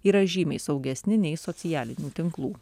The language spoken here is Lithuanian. yra žymiai saugesni nei socialinių tinklų